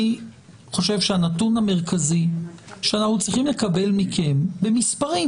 אני חושב שהנתון המרכזי שאנחנו צריכים לקבל מכם במספרים הוא